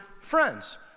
friends